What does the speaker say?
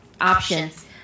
options